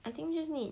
I think just need